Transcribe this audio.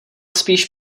spíš